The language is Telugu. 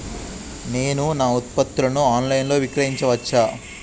నేను నా ఉత్పత్తులను ఆన్ లైన్ లో విక్రయించచ్చా?